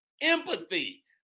empathy